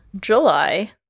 July